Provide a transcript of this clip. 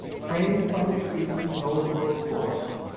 framed by the trees of an old growth forest,